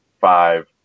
five